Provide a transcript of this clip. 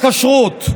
חבר הכנסת אקוניס.